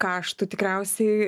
kaštų tikriausiai